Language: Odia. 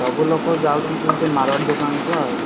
ସବୁ ଲୋକ ଯାଉସନ୍ତି ସେଇ ମାରୱାଡ଼ି ଦୋକାନକୁ ଆଉ